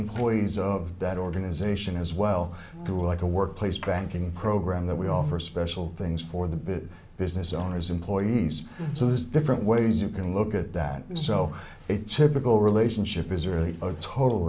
employees of that organization as well through like a workplace tracking program that we offer special things for the business owners employees so there's different ways you can look at that so it's typical relationship is really a total